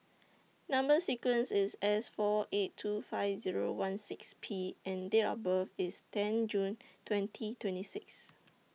Number sequence IS S four eight two five Zero one six P and Date of birth IS ten June twenty twenty six